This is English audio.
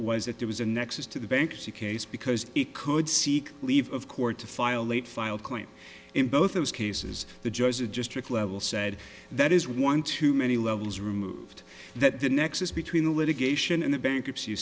was that there was a nexus to the bankruptcy case because it could seek leave of court to file late filed point in both those cases the judges are just tricked level said that is one too many levels removed that the nexus between the litigation and the bankruptcy